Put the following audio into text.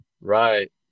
Right